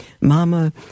Mama